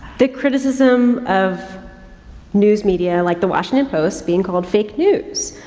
the criticism of news media like the washington post being called fake news.